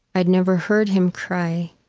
i'd never heard him cry,